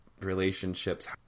relationships